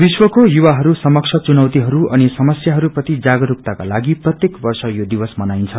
विश्वको युवाहरू समक्ष चुनौतीहरू अनि समस्यासहरू प्रति जागरूकताको लागि प्रत्येक वर्ष यो दिवस मनाइन्छ